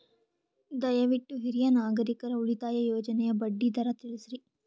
ದಯವಿಟ್ಟು ಹಿರಿಯ ನಾಗರಿಕರ ಉಳಿತಾಯ ಯೋಜನೆಯ ಬಡ್ಡಿ ದರ ತಿಳಸ್ರಿ